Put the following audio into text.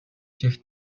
чигт